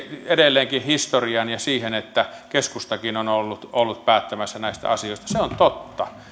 edelleenkin historiaan ja siihen että keskustakin on ollut ollut päättämässä näistä asioista se on totta